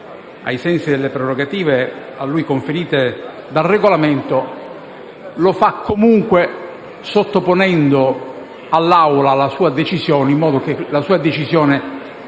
ai sensi delle prerogative a lui conferite dal Regolamento, lo fa comunque sottoponendo all'Assemblea la sua decisione in modo che sia confermata e